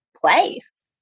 place